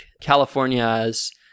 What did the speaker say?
California's